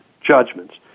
judgments